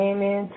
Amen